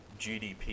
GDP